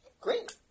Great